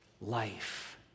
life